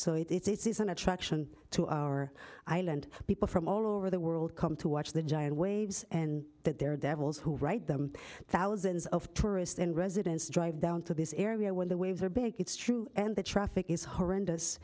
so it's an attraction to our island people from all over the world come to watch the giant waves and that they're devils who write them thousands of tourists and residents drive down to this area when the waves are big it's true and the traffic is horrendous